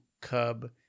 Cub